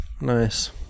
Nice